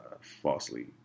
falsely